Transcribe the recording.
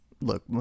Look